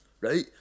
right